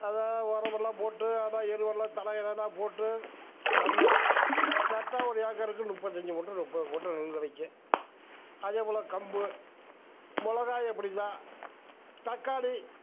அதெல்லாம் உரம் எல்லாம் போட்டு அதான் எருவெல்லாம் தழைகளெல்லாம் போட்டு நடுறோம் நட்டால் ஒரு ஏக்கருக்கு முப்பத்தஞ்சி மூட்டை முப்பது மூட்டை நெல் கிடைக்கும் அதே போல் கம்பு மிளகாயும் அப்படி தான் தக்காளி